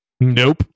Nope